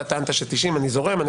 אתה טענת ש-90 ואני זורם.